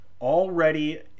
already